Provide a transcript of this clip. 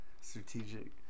strategic